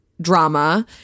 drama